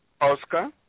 Oscar